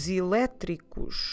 elétricos